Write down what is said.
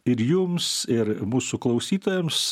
ir jums ir mūsų klausytojams